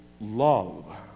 love